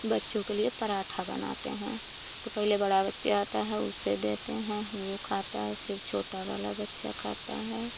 बच्चों के लिए पराठा बनाते हैं तो पहले बड़ा बच्चा आता है उसे देते हैं वह खाता है फिर छोटा वाला बच्चा खाता है